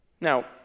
Now